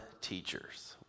teachers